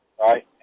right